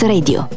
Radio